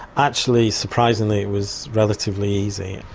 actually surprisingly it was relatively easy.